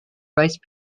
rice